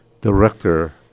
director